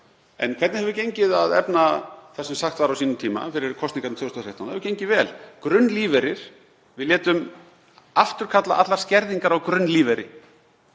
En hvernig hefur gengið að efna það sem sagt var á sínum tíma fyrir kosningar 2013? Það hefur gengið vel. Við létum afturkalla allar skerðingar á grunnlífeyri.